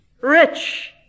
rich